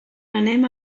anem